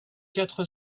quatre